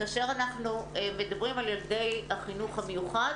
כאשר אנחנו מדברים על ילדי החינוך המיוחד